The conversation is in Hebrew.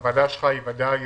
הוועדה שלך בוודאי